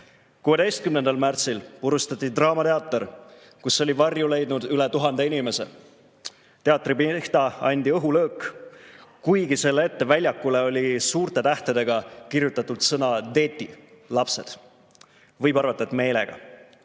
16. märtsil purustati draamateater, kus oli varju leidnud üle 1000 inimese. Teatri pihta anti õhulöök, kuigi selle ette väljakule oli suurte tähtedega kirjutatud sõnadeti– lapsed. Võib arvata, et meelega.